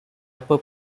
upper